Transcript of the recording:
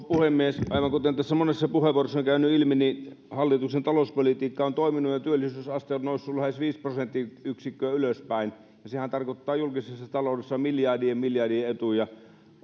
puhemies aivan kuten tässä monessa puheenvuorossa on käynyt ilmi hallituksen talouspolitiikka on toiminut ja työllisyysaste on noussut lähes viisi prosenttiyksikköä ylöspäin ja sehän tarkoittaa julkisessa taloudessa miljardien miljardien etua